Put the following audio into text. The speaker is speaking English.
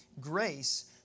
Grace